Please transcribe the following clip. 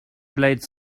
blades